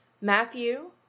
Matthew